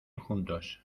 juntos